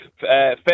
fair